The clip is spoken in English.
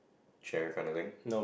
chair kind of thing